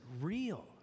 real